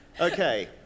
okay